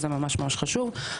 וזה ממש ממש חשוב.